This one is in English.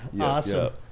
awesome